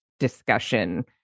discussion